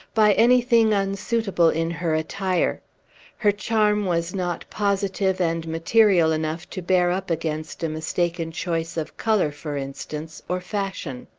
by anything unsuitable in her attire her charm was not positive and material enough to bear up against a mistaken choice of color, for instance, or fashion.